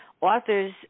authors